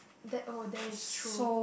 that oh that is true